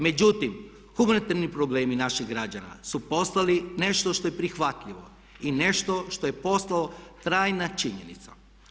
Međutim, humanitarni problemi naših građana su postali nešto što je prihvatljivo i nešto što je postalo trajna činjenica.